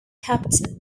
captain